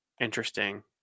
interesting